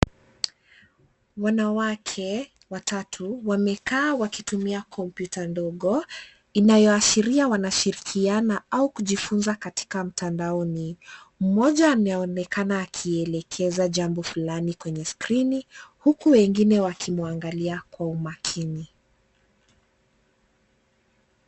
Wanawake watatu wamekaa wakitumia kompyuta ndogo, inayoashiria wanashirikiana au kujifunza katika mtandaoni. Mmoja anaonekana akielekeza jambo fulani kwenye skrini, huku wengine wakimwangalia kwa makini.